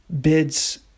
bids